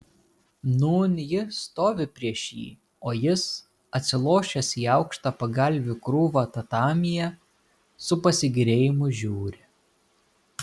nūn ji stovi prieš jį o jis atsilošęs į aukštą pagalvių krūvą tatamyje su pasigėrėjimu žiūri